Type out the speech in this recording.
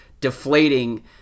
deflating